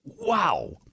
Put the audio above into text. Wow